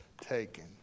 taken